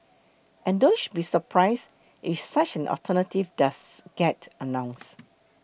and don't be surprised if such an alternative does get announced